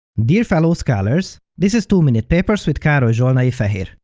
dear fellow scholars, this is two minute papers with karoly zsolnai-feher.